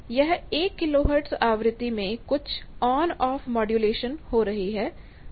यह 1 किलोहर्ट्ज़ आवृत्ति में कुछ ऑन ऑफ मॉड्यूलेशन हो रही है